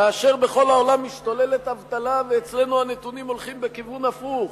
כאשר בכל העולם משתוללת אבטלה ואצלנו הנתונים הולכים בכיוון הפוך,